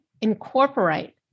incorporate